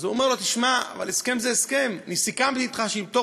אז הוא אומר לו: תשמע, אבל הסכם זה הסכם.